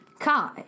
Kai